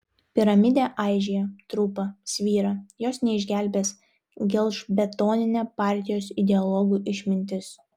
piramidė aižėja trupa svyra jos neišgelbės gelžbetoninė partijos ideologų išmintis